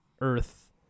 earth